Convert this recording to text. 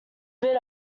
bit